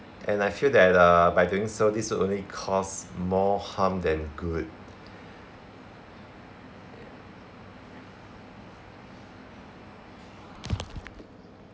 and I feel that uh by doing so this will only cause more harm than good